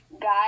guys